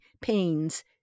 pains